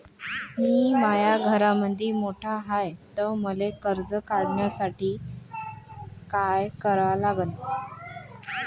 मी माया घरामंदी मोठा हाय त मले कर्ज काढासाठी काय करा लागन?